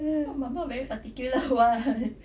mama very particular [what]